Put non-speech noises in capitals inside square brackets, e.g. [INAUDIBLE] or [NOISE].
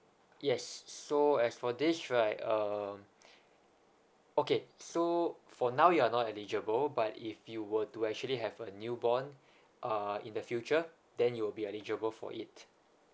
yes so as for this right um [BREATH] okay so for now you're not eligible but if you were to actually have a newborn ah in the future then you'll be eligible for it